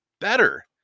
better